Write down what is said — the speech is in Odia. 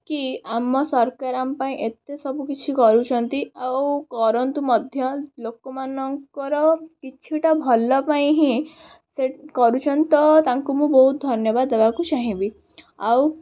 କି ଆମ ସରକାର ଆମ ପାଇଁ ଏତେ ସବୁକିଛି କରୁଛନ୍ତି ଆଉ କରନ୍ତୁ ମଧ୍ୟ ଲୋକମାନଙ୍କର କିଛିଟା ଭଲ ପାଇଁ ହିଁ ସେ କରୁଛନ୍ତି ତ ତାଙ୍କୁ ମୁଁ ବହୁତ ଧନ୍ୟବାଦ ଦେବାକୁ ଚାହିଁବି ଆଉ